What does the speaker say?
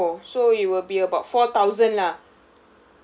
oh so it will be about four thousand lah